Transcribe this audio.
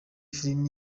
film